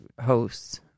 hosts